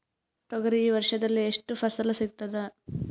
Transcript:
ತೊಗರಿ ವರ್ಷದಲ್ಲಿ ಎಷ್ಟು ಫಸಲ ಸಿಗತದ?